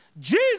Jesus